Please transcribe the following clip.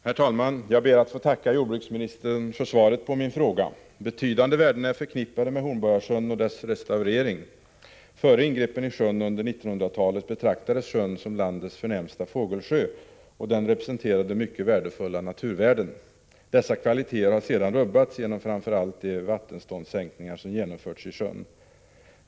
Herr talman! Jag ber att få tacka jordbruksministern för svaret på min fråga. Betydande värden är förknippade med Hornborgasjöns restaurering. Före ingreppen i sjön under 1900-talet betraktades den som landets förnämsta fågelsjö, och den representerade mycket stora naturvärden. Dessa kvaliteter har sedan rubbats genom framför allt de vattenståndssänkningar som har genomförts i sjön.